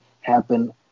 happen